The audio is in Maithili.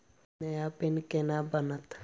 नया पिन केना बनत?